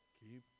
keep